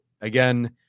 Again